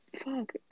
fuck